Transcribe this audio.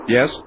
Yes